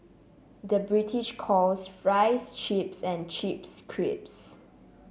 the British calls fries chips and chips crisps